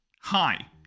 Hi